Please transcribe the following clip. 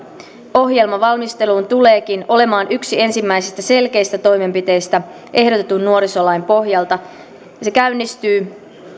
ohjelman valmisteluun tuleekin olemaan yksi ensimmäisistä selkeistä toimenpiteistä ehdotetun nuorisolain pohjalta ja se käynnistyy